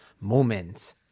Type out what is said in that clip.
Moments